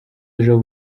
ejo